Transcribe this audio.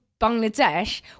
Bangladesh